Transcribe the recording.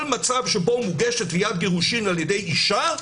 מצב שבו מוגשת תביעת גירושין על ידי אישה,